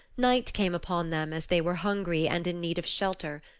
night came upon them as they were hungry and in need of shelter.